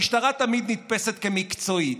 המשטרה תמיד נתפסת כמקצועית,